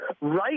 right